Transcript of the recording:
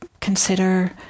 consider